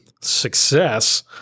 success